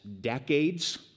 decades